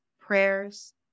prayers